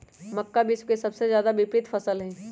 मक्का विश्व के सबसे ज्यादा वितरित फसल हई